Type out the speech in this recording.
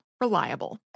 Reliable